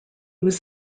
was